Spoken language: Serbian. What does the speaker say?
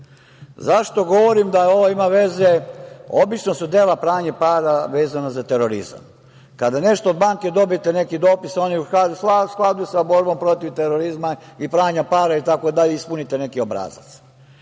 govorim da ovo ima veze, obično su dela pranje para vezana za terorizam. Kada nešto od banke dobijete, neki dopis, oni u skladu sa borbom protiv terorizma i pranja para itd, ispunite neki obrazac.